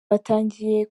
batangiye